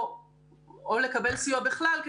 או סיוע בכלל,